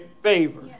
favor